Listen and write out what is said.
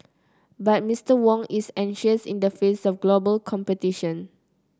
but Mister Wong is anxious in the face of global competition